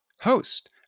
host